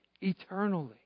eternally